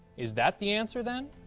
is that the answer then?